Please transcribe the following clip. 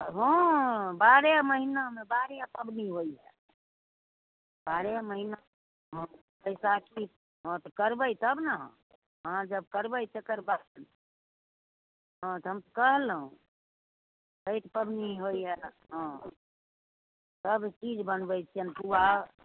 हाँ बारहे महिनामे बारहे पबनी होइए बारहे महिनामे बैशाखी हाँ तऽ करबै तब ने अहाँ अहाँ जब करबै तकर बाद हाँ तऽ हम कहलहुँ छठि पबनी होइए हाँ सभचीज बनबैत छिअनि पुआ